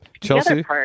Chelsea